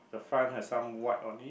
front has some white on it